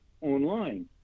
online